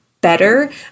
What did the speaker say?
better